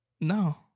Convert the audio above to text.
No